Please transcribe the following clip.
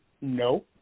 No